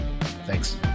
Thanks